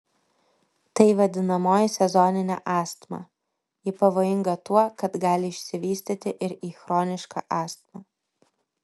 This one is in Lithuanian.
tai vadinamoji sezoninė astma ji pavojinga tuo kad gali išsivystyti ir į chronišką astmą